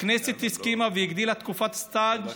הכנסת הסכימה והאריכה את תקופת הסטאז'